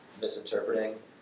misinterpreting